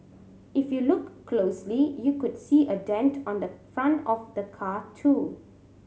if you look closely you could see a dent on the front of the car too